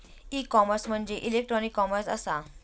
E commerce म्हणजे electronic commerce असा